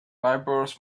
neighbors